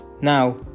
Now